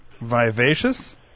Vivacious